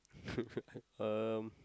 um